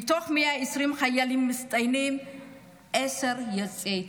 מתוך 120 חיילים מצטיינים היו עשרה מיוצאי אתיופיה.